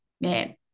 man